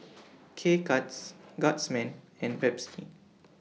K Cuts Guardsman and Pepsi